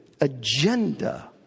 agenda